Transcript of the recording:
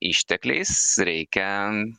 ištekliais reikia